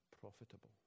profitable